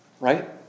Right